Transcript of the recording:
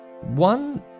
One